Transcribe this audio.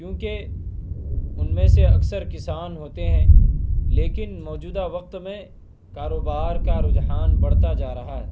کیونکہ ان میں سے اکثر کسان ہوتے ہیں لیکن موجودہ وقت میں کاروبار کا رجحان بڑھتا جا رہا ہے